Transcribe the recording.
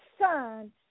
son